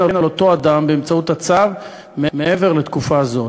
על אותו אדם באמצעות הצו מעבר לתקופה זו.